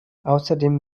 außerdem